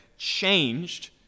changed